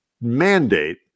mandate